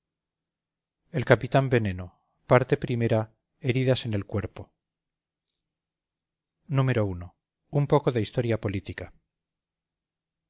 el capitán veneno parte primera heridas en el cuerpo i un poco de historia política